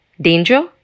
Danger